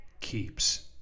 keeps